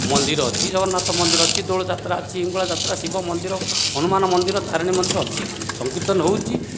ମନ୍ଦିର ଅଛି ଜଗନ୍ନାଥ ମନ୍ଦିର ଅଛି ଦୋଳଯାତ୍ରା ଅଛି ହିଙ୍ଗୁଳା ଯାତ୍ରା ଶିବ ମନ୍ଦିର ହନୁମାନ ମନ୍ଦିର ତାରିଣୀ ମନ୍ଦିର ଅଛି ସଂକୀର୍ତ୍ତନ ହଉଛି